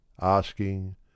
ASKING